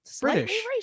British